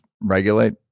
regulate